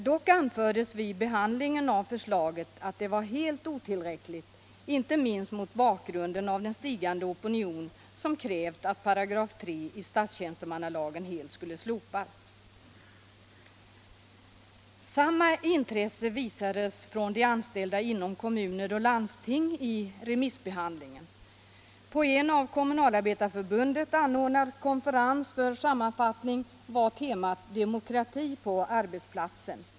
Dock anfördes vid behandlingen av förslaget att det var helt otillräckligt, inte minst mot bakgrunden av den stigande opinion som krävt att 3 § i statstjänstemannalagen helt skulle slopas. Samma intresse visade de anställda inom kommuner och landsting vid remissbehandlingen av frågan. På en av Kommunalarbetareförbundet anordnad konferens för sammanfattning av ärendet var temat Demokrati på arbetsplatsen.